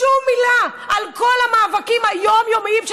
שום מילה על כל המאבקים היומיומיים של